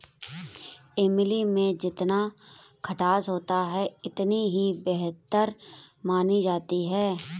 इमली में जितना खटास होता है इतनी ही बेहतर मानी जाती है